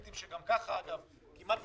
גם פנו אליי